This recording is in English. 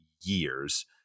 years